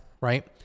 Right